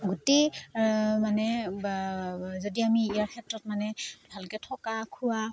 গোটেই মানে যদি আমি ইয়াৰ ক্ষেত্ৰত মানে ভালকে থকা খোৱা